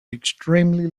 extremely